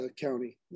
county